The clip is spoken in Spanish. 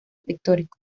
pictórico